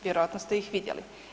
Vjerojatno ste ih vidjeli?